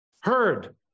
Heard